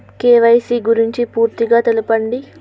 KYC గురించి పూర్తిగా తెలపండి?